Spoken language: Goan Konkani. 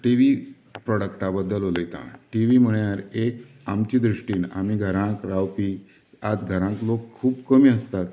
टिवी प्रोडक्टा बद्दल उलयतां टिवी म्हळ्यार एक आमचे दृश्टीन आमी घरांत रावपी आता घरांतलो लोक खूब कमी आसता